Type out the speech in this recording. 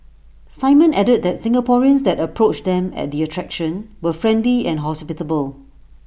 simon added that Singaporeans that approached them at the attraction were friendly and hospitable